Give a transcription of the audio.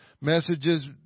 messages